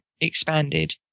expanded